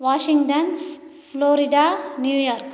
Washington flo flo Florida New York